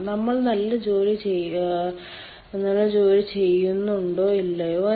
നമ്മൾ നല്ല ജോലി ചെയ്യുന്നുണ്ടോ ഇല്ലയോ എന്ന്